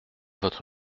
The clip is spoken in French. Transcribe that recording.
votre